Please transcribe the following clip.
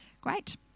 great